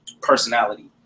personality